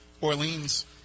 Orleans